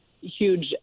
huge